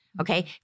Okay